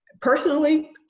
personally